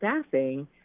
staffing